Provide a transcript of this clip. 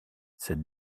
cette